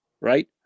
right